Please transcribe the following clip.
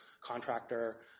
contractor